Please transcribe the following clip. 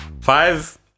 Five